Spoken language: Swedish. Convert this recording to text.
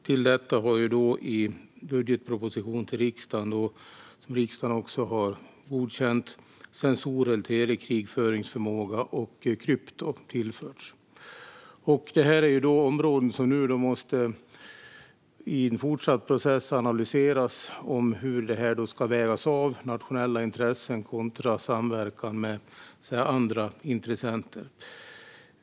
Till detta har i budgetpropositionen till riksdagen, som riksdagen har godkänt, sensorer, telekrigföringsförmåga och krypton tillförts. Det här är områden som i en fortsatt process måste analyseras i fråga om hur det ska vägas av: nationella intressen kontra samverkan med andra intressenter.